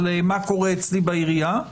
על מה קורה אצלי בעירייה.